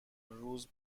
روز